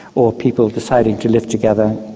or people deciding to live together,